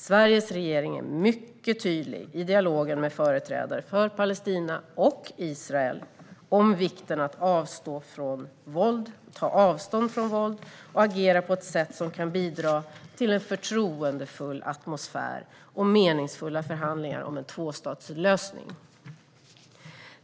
Sveriges regering är mycket tydlig i dialogen med företrädare för Palestina och Israel om vikten att ta avstånd från våld och att agera på ett sätt som kan bidra till en förtroendefull atmosfär och meningsfulla förhandlingar om en tvåstatslösning.